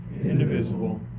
indivisible